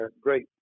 great